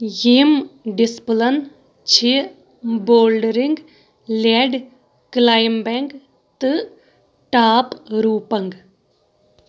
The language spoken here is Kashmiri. یِم ڈِسپٕلَن چھِ بولڈٕرِنٛگ لٮ۪ڈ کلایمبٮ۪نٛگ تہٕ ٹاپ روٗپنٛگ